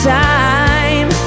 time